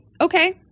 Okay